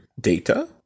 data